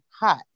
hot